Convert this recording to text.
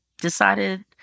decided